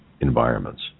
environments